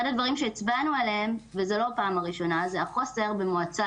אחד הדברים שהצבענו עליהם וזו לא פעם ראשונה זה החוסר במועצה